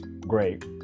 great